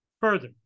Further